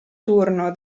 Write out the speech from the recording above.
turno